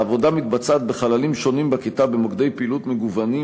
העבודה מתבצעת בחללים שונים בכיתה במוקדי פעילות מגוונים,